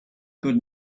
good